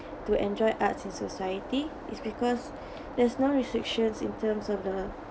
to enjoy arts in society is because there's no restrictions in terms of the